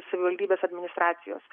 savivaldybės administracijos